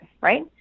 right